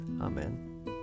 Amen